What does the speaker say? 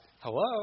hello